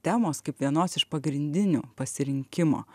temos kaip vienos iš pagrindinių pasirinkimo